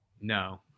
No